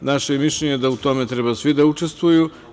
Naše mišljenje je da u tome treba svi da učestvuju.